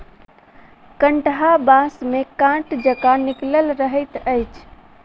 कंटहा बाँस मे काँट जकाँ निकलल रहैत अछि